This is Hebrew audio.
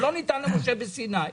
זה לא ניתן למשה בסיני,